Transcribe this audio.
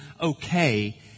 okay